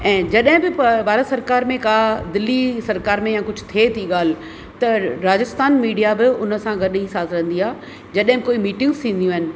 ऐं जॾहिं बि पा भारत सरकार में का दिल्ली सरकार में या कुझ थिए थी ॻाल्हि त राजस्थान मीडिया बि उन सां गॾु ई साथ रहंदी आहे जॾहिं बि कोई मीटिंग्स थींदियूं आहिनि